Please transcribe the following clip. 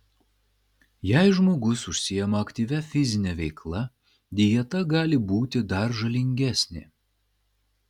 jei žmogus užsiima aktyvia fizine veikla dieta gali būti dar žalingesnė